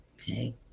okay